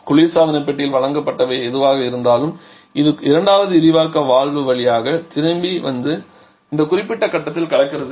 குளிர்சாதன பெட்டியில் வழங்கப்பட்டவை எதுவாக இருந்தாலும் இது இரண்டாவது விரிவாக்க வால்வு வழியாக திரும்பி வந்து இந்த குறிப்பிட்ட கட்டத்தில் கலக்கிறது